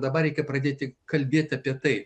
dabar reikia pradėti kalbėti apie tai